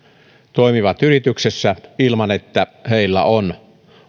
toimivat yrityksessä ilman että heillä on